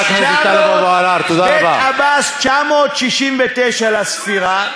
בית עבאס, 969 לספירה,